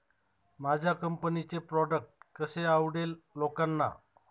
माझ्या कंपनीचे प्रॉडक्ट कसे आवडेल लोकांना?